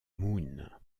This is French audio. moon